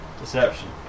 Deception